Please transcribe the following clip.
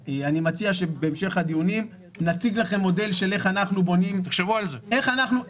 אני מציע שבהמשך הדיונים נציג לכם מודל של איך אנחנו בונים את זה.